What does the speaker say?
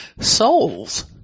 souls